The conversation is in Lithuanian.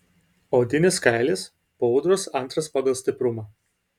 audinės kailis po ūdros antras pagal stiprumą